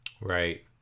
Right